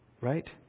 Right